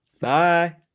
Bye